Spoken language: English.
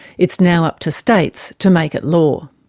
it's now up to states to make it law.